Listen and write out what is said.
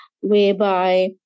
whereby